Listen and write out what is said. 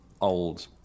old